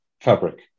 fabric